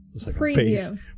preview